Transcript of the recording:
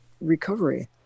recovery